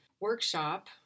workshop